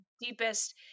deepest